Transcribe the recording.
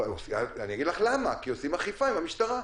אגיד לך למה, כי עושים אכיפה עם המשטרה.